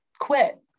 quit